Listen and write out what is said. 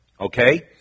Okay